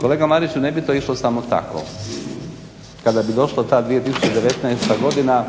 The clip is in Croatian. Kolega Mariću ne bi to išlo samo tako. Kada bi došla ta 2019. godina